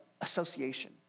association